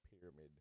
pyramid